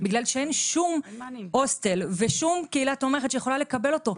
בגלל שאין שום הוסטל ושום קהילה תומכת שיכולה לקבל אותו.